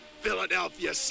Philadelphia